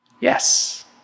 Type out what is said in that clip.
Yes